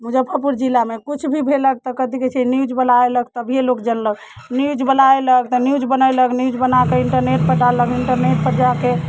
मुजफ्फरपुर जिलामे किछु भी भेलक तऽ कथि कहै छै न्यूज बला ऐलक तभिये लोग जनलक न्यूज बला ऐलक तऽ न्यूज बनयलक न्यूज बनाके इण्टरनेट पर डाललक इण्टरनेट पर जाके